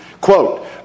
quote